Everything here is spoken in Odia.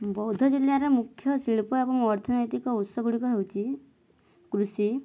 ବୌଦ୍ଧ ଜିଲ୍ଲାର ମୁଖ୍ୟ ଶିଳ୍ପ ଏବଂ ଅର୍ଥନୈତିକ ଉତ୍ସ ଗୁଡ଼ିକ ହେଉଛି କୃଷି